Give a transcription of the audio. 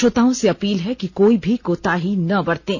श्रोताओं से अपील है कि कोई भी कोताही न बरतें